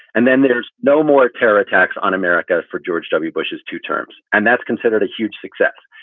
and then there's no more terror attacks on america for george w. bush's two terms. and that's considered a huge success.